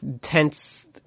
tense